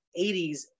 80s